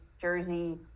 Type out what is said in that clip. Jersey